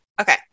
okay